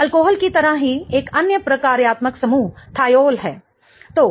alcohol की तरह ही एक अन्य प्रकार्यात्मक समूह थाऑल है